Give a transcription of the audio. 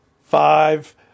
five